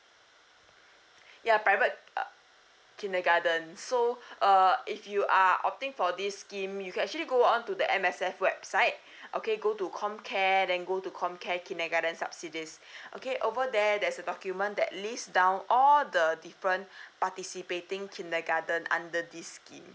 ya private uh kindergarten so uh if you are opting for this scheme you can actually go on to the M_S_F website okay go to comcare then go to comcare kindergarten subsidies okay over there there's a document that list down all the different participating kindergarten under this scheme